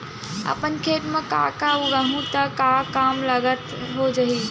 अपन खेत म का का उगांहु त कम लागत म हो जाही?